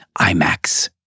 IMAX